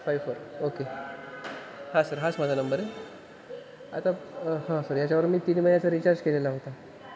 five four okay हां sir हाच माझा नंबर आहे आता हां सर याच्यावर मी तीन महिन्याचा रिचार्ज केलेला होता